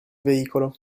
veicolo